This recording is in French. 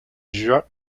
juin